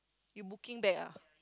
you booking back ah